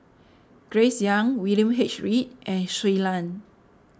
Grace Young William H Read and Shui Lan